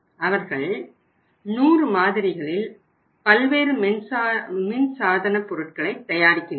அவர்கள் 100 மாதிரிகளில் பல்வேறு மின் சாதன பொருட்களை தயாரிக்கின்றனர்